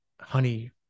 honey